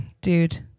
dude